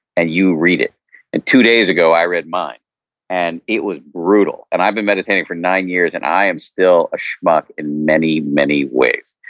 and you read it two days ago i read mine and it was brutal, and i've been meditating for nine years, and i am still a schmuck in many, many ways.